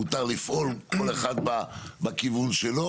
מותר לפעול כל אחד בכיוון שלו.